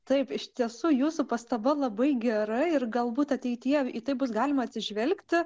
taip iš tiesų jūsų pastaba labai gera ir galbūt ateityje į tai bus galima atsižvelgti